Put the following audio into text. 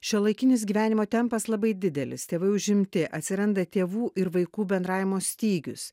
šiuolaikinis gyvenimo tempas labai didelis tėvai užimti atsiranda tėvų ir vaikų bendravimo stygius